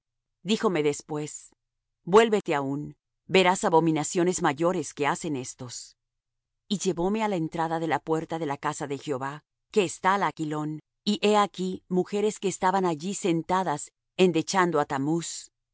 díjome después vuélvete aún verás abominaciones mayores que hacen éstos y llevóme á la entrada de la puerta de la casa de jehová que está al aquilón y he aquí mujeres que estaban allí sentadas endechando á tammuz